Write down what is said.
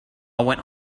went